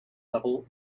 level